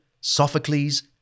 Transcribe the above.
Sophocles